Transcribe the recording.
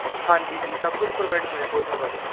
ਹਾਂਜੀ ਜੀ ਸਭ ਕੁਛ ਪ੍ਰੋਵਾਈਡ ਮਿਲ ਹੋ ਜੂੰਗਾ ਜੀ